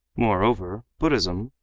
moreover buddhism,